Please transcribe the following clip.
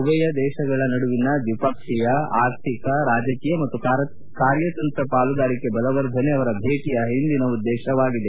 ಉಭಯ ದೇಶಗಳ ನಡುವಿನ ದ್ನಿಪಕ್ಷೀಯ ಆರ್ಥಿಕ ರಾಜಕೀಯ ಮತ್ತು ಕಾರ್ಯತಂತ್ರ ಪಾಲುದಾರಿಕೆ ಬಲವರ್ಧನೆ ಅವರ ಭೇಟಿಯ ಹಿಂದಿನ ಉದ್ದೇಶವಾಗಿದೆ